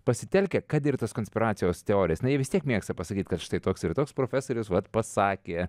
pasitelkia kad ir tas konspiracijos teorijas na jie vis tiek mėgsta pasakyti kad štai toks ir toks profesorius vat pasakė